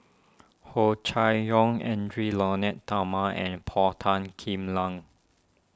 Hua Chai Yong Edwy Lyonet Talma and Paul Tan Kim Lang